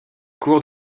cours